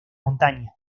montaña